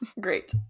Great